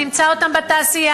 תמצא אותם בתעשייה,